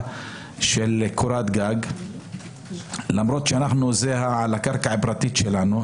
של קורת גג למרות שזה על הקרקע הפרטית שלנו.